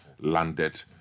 landed